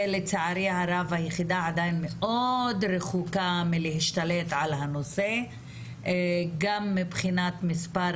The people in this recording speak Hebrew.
לצערי הרב היחידה עדיין מאוד רחוקה מלהשתלט על הנושא גם מבחינת מספר